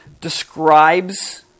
describes